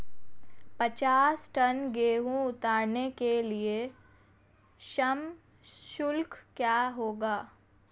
पचास टन गेहूँ उतारने के लिए श्रम शुल्क क्या होगा?